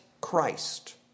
Christ